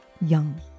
young